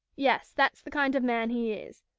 yes, that's the kind of man he is.